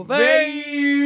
baby